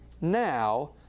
Now